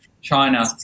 China